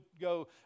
go